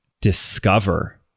discover